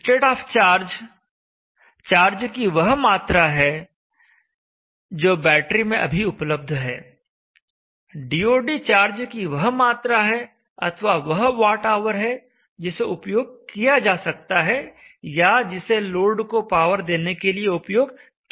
state of charge charge कि वह मात्रा है जो बैटरी में अभी उपलब्ध है DoD चार्ज कि वह मात्रा है अथवा वह वॉटऑवर है जिसे उपयोग किया जा सकता है या जिसे लोड को पावर देने के लिए उपयोग किया जा चुका है